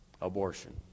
abortion